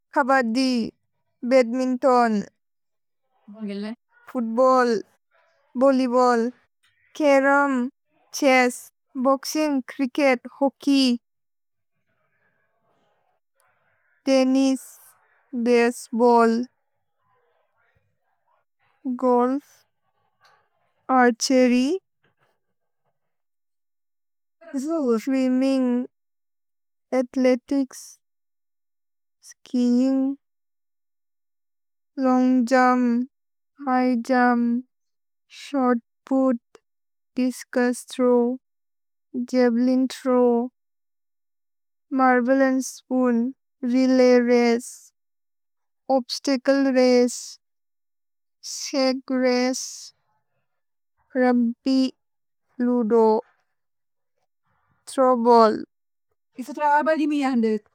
Kabaddi, badminton, football, volleyball, carrom, chess, boxing, cricket, hockey, tennis, baseball, golf, archery, swimming, athletics, skiing, long jump, high jump, shot put, discus throw, javelin throw, marvellous spoon, relay race, obstacle race, sack race, रुम्प्य्, ludo, throw ball.